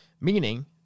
Meaning